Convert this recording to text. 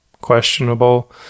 questionable